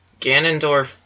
Ganondorf